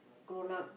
grown up